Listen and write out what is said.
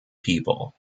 people